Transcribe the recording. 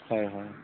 হয় হয়